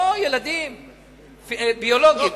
ילדים ביולוגיים.